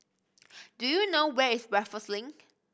do you know where is Raffles Link